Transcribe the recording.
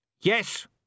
Yes